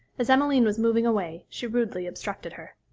as emmeline was moving away, she rudely obstructed her.